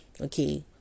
Okay